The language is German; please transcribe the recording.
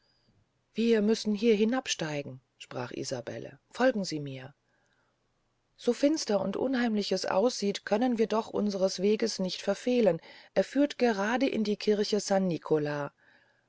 wir müssen hier hinabsteigen sprach isabelle folgen sie mir so finster und unheimlich es aussieht können wir doch unsers weges nicht verfehlen er führt gerade in die kirche san nicola